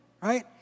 right